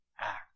act